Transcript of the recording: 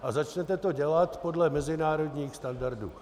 A začněte to dělat podle mezinárodních standardů.